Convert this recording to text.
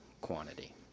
quantity